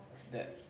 that